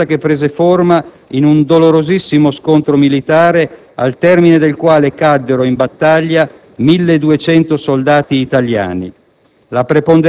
Resistenza che prese forma in un dolorosissimo scontro militare al termine del quale caddero in battaglia 1.200 soldati italiani.